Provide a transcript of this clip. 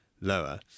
lower